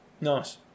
nice